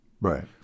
Right